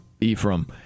Ephraim